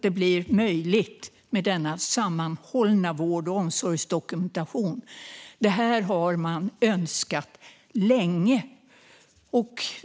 Det blir möjligt med denna sammanhållna vård och omsorgsdokumentation. Det här har man önskat länge.